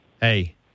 Hey